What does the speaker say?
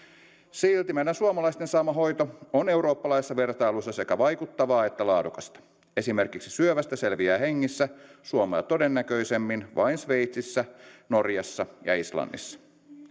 silti meidän suomalaisten saama hoito on eurooppalaisessa vertailussa sekä vaikuttavaa että laadukasta esimerkiksi syövästä selviää hengissä suomea todennäköisemmin vain sveitsissä norjassa ja islannissa